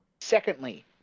secondly